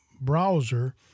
browser